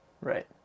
right